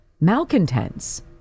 malcontents